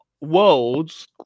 Worlds